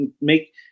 make